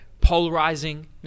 Polarizing